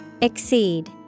Exceed